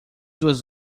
duas